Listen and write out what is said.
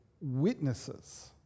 witnesses